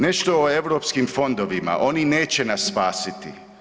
Nešto o europskim fondovima, oni neće nas spasiti.